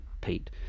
Pete